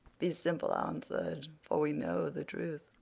be simple-answer'd, for we know the truth.